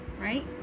Right